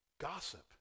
Gossip